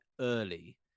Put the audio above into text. early